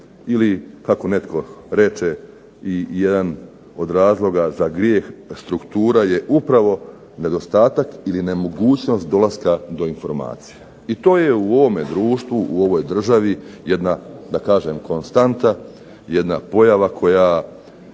ili kako netko reče jedan od razloga za grijeh, struktura je upravo nedostatak ili nemogućnost dolaska do informacija. I to je u ovom društvu i u ovoj državi jedna konstanta, jedna pojava koju